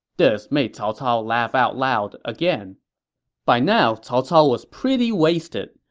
this made cao cao laugh out loud again by now, cao cao was pretty wasted.